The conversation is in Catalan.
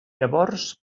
llavors